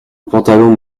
pantalon